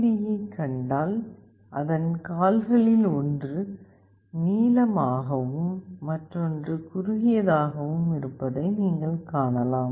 D யைக் கண்டால் அதன் கால்களில் ஒன்று நீளமாகவும் மற்றொன்று குறுகியதாகவும் இருப்பதை நீங்கள் காணலாம்